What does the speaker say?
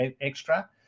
extra